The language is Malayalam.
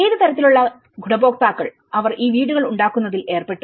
ഏത് തരത്തിൽ ഉള്ള ഗുണഭോക്താക്കൾ അവർ ഈ വീടുകൾ ഉണ്ടാക്കുന്നതിൽ ഏർപ്പെട്ടു